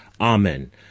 Amen